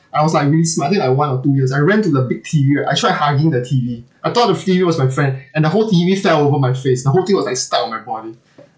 I was like really smart I think like one or two years I ran to the big T_V I tried hugging the T_V I thought the T_V was my friend and the whole T_V fell over my face the whole thing was like stuck on my body